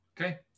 Okay